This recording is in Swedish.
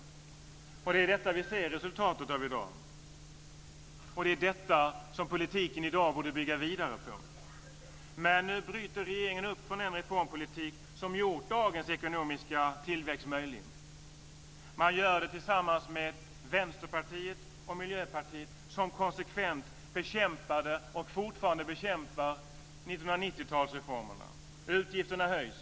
Det är detta som vi ser resultatet av i dag. Det är detta som politiken i dag borde bygga vidare på. Men nu bryter regeringen upp från den reformpolitik som har gjort dagens ekonomiska tillväxt möjlig. Man gör det tillsammans med Vänsterpartiet och Miljöpartiet som konsekvent bekämpade och fortfarande bekämpar 1990-talsreformerna. Utgifterna höjs.